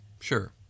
sure